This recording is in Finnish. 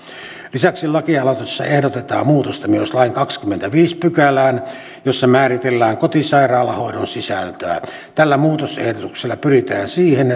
lisäksi lakialoitteessa ehdotetaan muutosta lain kahdenteenkymmenenteenviidenteen pykälään jossa määritellään kotisairaalahoidon sisältöä tällä muutosehdotuksella pyritään siihen